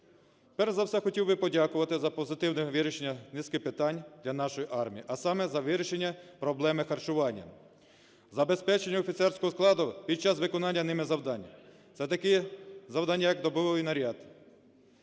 Перш за все хотів би подякувати за позитивне вирішення низки питань для нашої армії, а саме за вирішення проблеми харчування, забезпечення офіцерського складу під час виконання ними завдань, за такі завдання, як добовий наряд